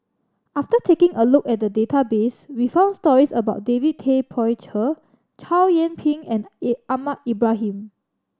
after taking a look at the database we found stories about David Tay Poey Cher Chow Yian Ping and A Ahmad Ibrahim